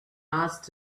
asked